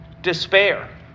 despair